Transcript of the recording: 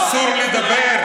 אסור לדבר?